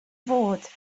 fod